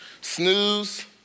snooze